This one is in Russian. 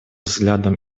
взглядом